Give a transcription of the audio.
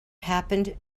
happened